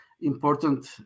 important